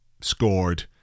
scored